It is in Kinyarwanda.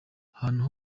ahantu